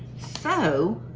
so,